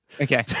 okay